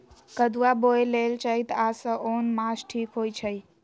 कदुआ बोए लेल चइत आ साओन मास ठीक होई छइ